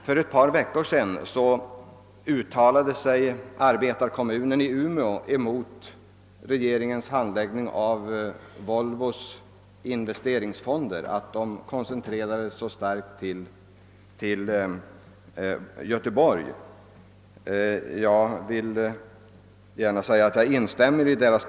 För ett par veckor sedan uttalade sig arbetarkommunen i Umeå mot regeringens handläggning av frågan om Volvos investeringsfonder och kritiserade att ifrågavarande investeringar så starkt koncentrerades till Göteborg.